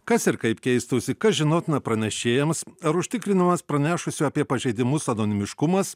kas ir kaip keistųsi kas žinotina pranešėjams ar užtikrinamas pranešusių apie pažeidimus anonimiškumas